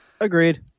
Agreed